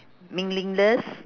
meaningless